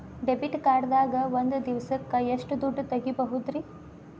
Debit card ದಾಗ ಒಂದ್ ದಿವಸಕ್ಕ ಎಷ್ಟು ದುಡ್ಡ ತೆಗಿಬಹುದ್ರಿ?